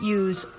use